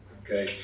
Okay